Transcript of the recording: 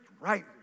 right